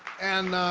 and,